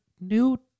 new